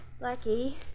Lucky